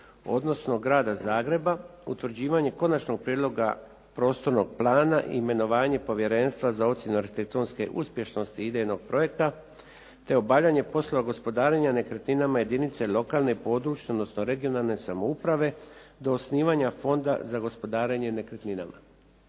odnosno grada Zagreba, utvrđivanje konačnog prijedloga prostornog plana, imenovanje povjerenstva za ocjenu arhitektonske uspješnosti idejnog projekta te obavljanje poslova gospodarenja nekretninama jedinice lokalne i područne, odnosno regionalne samouprave do osnivanja Fonda za gospodarenje nekretninama.